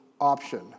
option